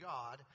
God